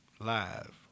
Live